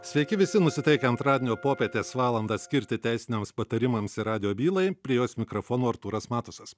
sveiki visi nusiteikę antradienio popietės valandą skirti teisiniams patarimams ir radijo bylai prie jos mikrofono artūras matusas